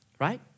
right